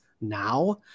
now